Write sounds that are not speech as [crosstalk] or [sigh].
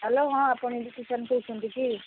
hello ହଁ ଆପଣ [unintelligible] କହୁଛନ୍ତି କି